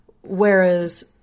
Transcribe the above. whereas